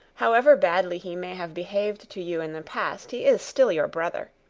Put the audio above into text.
however badly he may have behaved to you in the past he is still your brother.